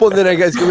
well then, i guess,